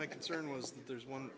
my concern was there's one